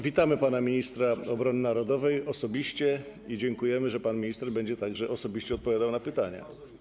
Witamy pana ministra obrony narodowej osobiście i dziękujemy, że pan minister będzie także osobiście odpowiadał na pytania.